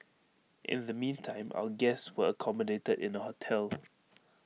in the meantime our guests were accommodated in A hotel